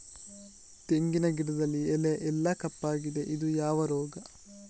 ತೆಂಗಿನ ಗಿಡದಲ್ಲಿ ಎಲೆ ಎಲ್ಲಾ ಕಪ್ಪಾಗಿದೆ ಇದು ಯಾವ ರೋಗ?